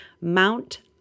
mount